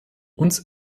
uns